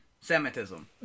Semitism